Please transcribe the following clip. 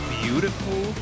beautiful